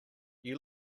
you